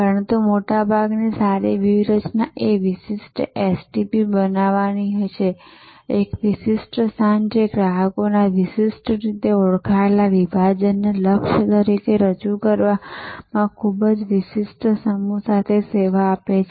પરંતુ મોટાભાગે સારી વ્યૂહરચના એ વિશિષ્ટ STP બનાવવાની હોય છે એક વિશિષ્ટ સ્થાન જે ગ્રાહકોના વિશિષ્ટ રીતે ઓળખાયેલા વિભાજનને લક્ષ્ય તરીકે રજૂ કરવાના ખૂબ જ વિશિષ્ટ સમૂહ સાથે સેવા આપે છે